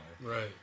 right